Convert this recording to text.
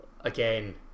again